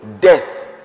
Death